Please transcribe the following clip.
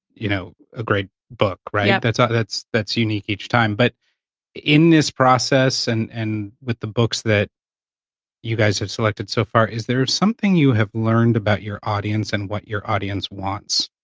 you know, a great book, right? yeah. that's ah that's unique each time. but in this process, and and with the books that you guys have selected so far, is there something you have learned about your audience and what your audience wants,